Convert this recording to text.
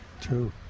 True